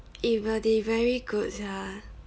eh but they very good sia